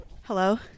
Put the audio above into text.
hello